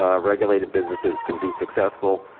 ah regulated businesses can be successful,